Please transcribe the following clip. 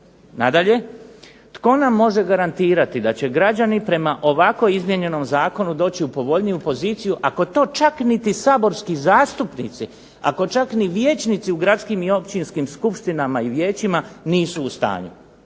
Nadalje tko nam može garantirati da će građani prema ovako izmijenjenom zakonu doći u povoljniju poziciju ako to čak niti saborski zastupnici, ako čak ni vijećnici u gradskim i općinskim skupštinama i vijećima nisu u stanju.